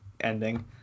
ending